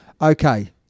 Okay